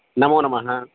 नमोनमः